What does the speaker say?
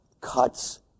Cuts